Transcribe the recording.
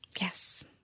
Yes